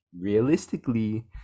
realistically